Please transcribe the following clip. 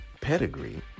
pedigree